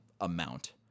amount